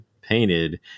painted